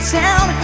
town